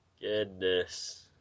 Goodness